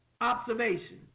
observation